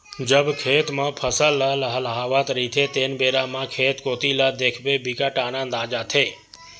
जब खेत म फसल ल लहलहावत रहिथे तेन बेरा म खेत कोती ल देखथे बिकट आनंद आ जाथे